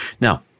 now